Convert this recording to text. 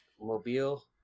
mobile